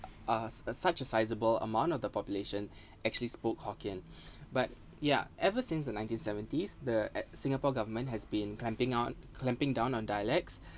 uh a such a sizable amount of the population actually spoke hokkien but yeah ever since the nineteen seventies the a~ singapore government has been clamping on clamping down on dialects